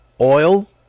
oil